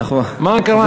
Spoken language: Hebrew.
מה קרה?